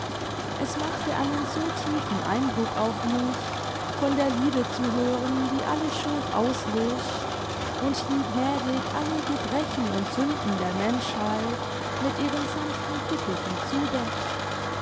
es machte einen so tiefen eindruck auf mich von der liebe zu hören die alle schuld auslischt und die gnädig alle gebrechen und sünden der menschheit mit ihren sanften fittichen zudeckt